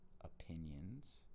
opinions